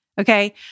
Okay